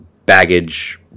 baggage